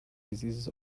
diseases